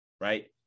right